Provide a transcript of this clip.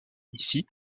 ici